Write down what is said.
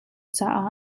caah